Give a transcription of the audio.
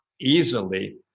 easily